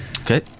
Okay